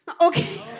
Okay